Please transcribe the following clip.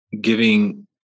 giving